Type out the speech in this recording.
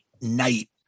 night